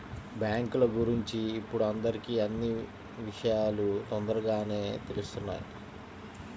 బ్యేంకుల గురించి ఇప్పుడు అందరికీ అన్నీ విషయాలూ తొందరగానే తెలుత్తున్నాయి